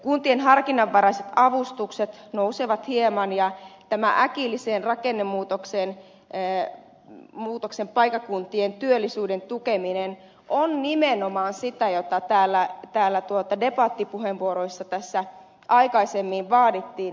kuntien harkinnanvaraiset avustukset nousevat hieman ja tämä äkillisen rakennemuutoksen paikkakuntien työllisyyden tukeminen on nimenomaan sitä mitä täällä debattipuheenvuoroissa tässä aikaisemmin vaadittiin